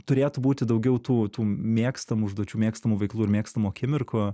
turėtų būti daugiau tų tų mėgstamų užduočių mėgstamų veiklų ir mėgstamų akimirkų